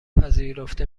پذیرفته